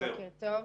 שלום לכולם,